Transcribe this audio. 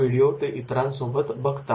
video ते इतरांसोबत बघतात